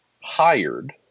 hired